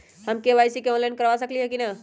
हम KYC online करवा सकली ह कि न?